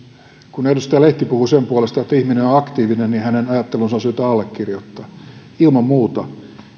kun edustaja lehti puhui sen puolesta että ihminen on aktiivinen niin hänen ajattelunsa on syytä allekirjoittaa ilman muuta